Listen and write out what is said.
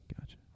Gotcha